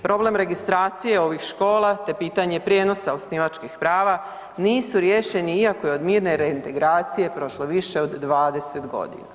Problem registracije ovih škola te pitanje prijenosa osnivačkih prava nisu riješeni iako je od mirne reintegracije prošlo više od 20 godina.